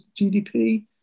GDP